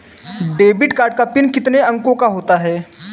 Debit card का PIN कितने अंकों का होता है?